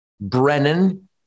Brennan